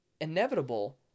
inevitable